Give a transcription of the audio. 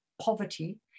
poverty